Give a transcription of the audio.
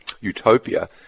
utopia